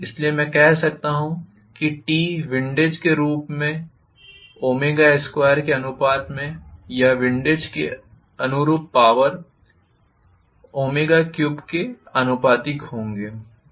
इसलिए मैं कह सकता हूं कि T विंडेज के अनुरूप 2 के अनुपात में या विंडेज के अनुरूप पावर 3 के आनुपातिक होंगे